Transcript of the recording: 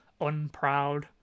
unproud